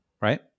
Right